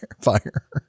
Fire